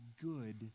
good